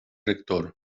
rector